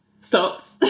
Stops